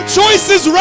choices